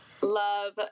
Love